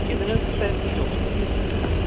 کتنے میں پیکیج ہو گا سر یہ